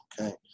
okay